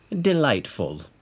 delightful